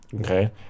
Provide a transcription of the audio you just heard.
Okay